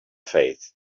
faith